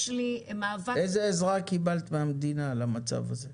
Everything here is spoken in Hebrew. איזה עזרה קיבלת מהמדינה למצב הזה?